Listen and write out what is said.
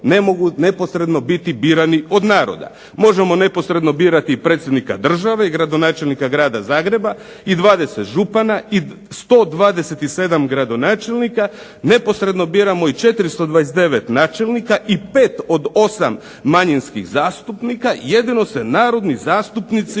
ne mogu neposredno biti birani od naroda. Možemo neposredno birati i predsjednika države i gradonačelnika Grada Zagreba, i 20 župana i 127 gradonačelnika, neposredno biramo i 429 načelnika, i 5 od 8 manjinskih zastupnika, jedino se narodni zastupnici